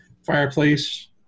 Fireplace